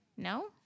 No